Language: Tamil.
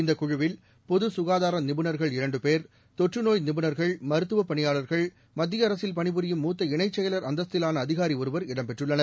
இந்த குழுவில் பொது குகாதார நிபுணர்கள் இரண்டு பேர் தொற்றுநோய் நிபுணர்கள் மருத்துவ பணியாளர்கள் மத்திய அரசில் பணிபுரியும் மூத்த இணைச் செயல் அந்தஸ்திவான அதிகாரி ஒருவர் இடம் பெற்றுள்ளன்